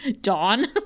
Dawn